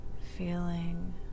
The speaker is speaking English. feeling